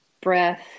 breath